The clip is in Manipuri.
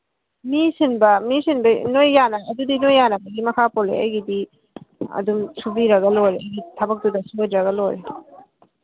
ꯃꯤ ꯁꯤꯟꯕ ꯅꯈꯣꯏ ꯑꯗꯨꯗꯤ ꯅꯈꯣꯏ ꯌꯥꯅꯕꯒꯤ ꯃꯈꯥ ꯄꯣꯜꯂꯦ ꯑꯩꯒꯤꯗꯤ ꯑꯗꯨꯝ ꯁꯨꯕꯤꯔꯒ ꯂꯣꯏꯔꯦ ꯊꯕꯛꯇꯨꯗ ꯁꯣꯏꯗ꯭ꯔꯒ ꯂꯣꯏꯔꯦ